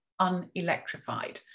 unelectrified